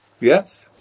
Yes